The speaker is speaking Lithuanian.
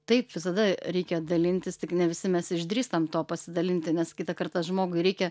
taip visada reikia dalintis tik ne visi mes išdrįstam tuo pasidalinti nes kitą kartą žmogui reikia